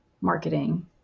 marketing